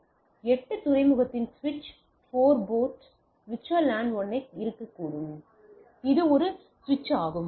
எனவே 8 துறைமுகத்தின் சுவிட்ச் 4 போர்ட் VLAN 1 ஆக இருக்கக்கூடிய ஒரு சுவிட்ச் ஆகும்